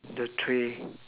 the tray